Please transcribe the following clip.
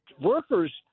workers